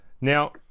Now